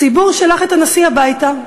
הציבור שלח את הנשיא הביתה,